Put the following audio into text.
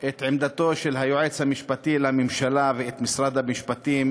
את עמדת היועץ המשפטי לממשלה ומשרד המשפטים,